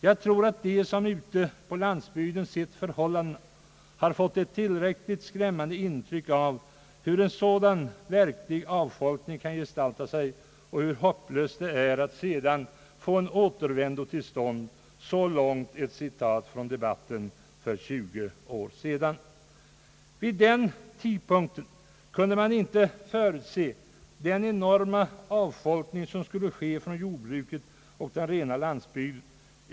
Jag tror att de som ute på landsbygden sett förhållandena har fått ett tillräckligt skrämmande intryck av hur en sådan verklig avfolkning kan gestalta sig och hur hopplöst det är att sedan få en återvändo till stånd.» — Så långt ett citat från debatten för tjugo år sedan. Vid den tidpunkten kunde man inte förutse den enorma avfolkning som skulle ske från jordbruket och den rena landsbygden.